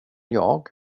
jag